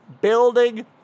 building